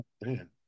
Man